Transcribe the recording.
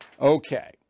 Okay